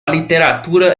literatura